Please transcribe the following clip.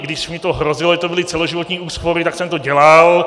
Když mi to hrozilo, že to byly celoživotní úspory, tak jsem to dělal.